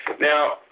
Now